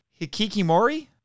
Hikikimori